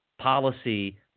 policy